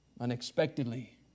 unexpectedly